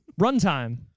Runtime